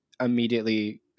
immediately